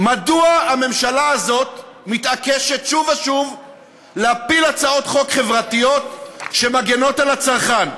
מדוע הממשלה הזו מתעקשת שוב ושוב להפיל הצעות חברתיות שמגינות על הצרכן?